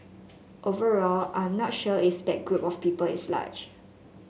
overall I'm not sure if that group of people is large